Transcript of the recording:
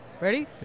Ready